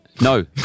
no